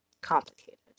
complicated